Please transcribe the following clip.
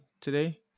today